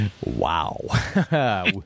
Wow